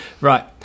Right